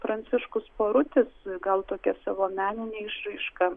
pranciškus porutis gal tokia savo menine išraiška